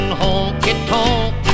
honky-tonk